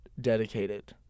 Dedicated